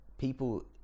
People